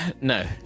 No